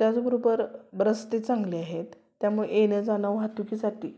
त्याचबरोबर रस्ते चांगले आहेत त्यामुळं येणं जाणं वाहतुकीसाठी